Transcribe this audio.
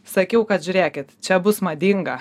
sakiau kad žiūrėkit čia bus madinga